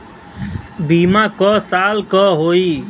बीमा क साल क होई?